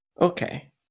Okay